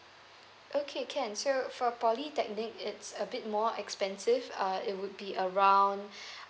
okay can so for polytechnic it's a bit more expensive uh it would be around